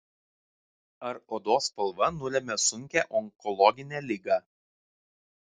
ar odos spalva nulemia sunkią onkologinę ligą